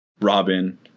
Robin